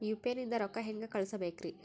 UPI ನಿಂದ ರೊಕ್ಕ ಹೆಂಗ ಕಳಸಬೇಕ್ರಿ?